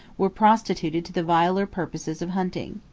were prostituted to the viler purposes of hunting.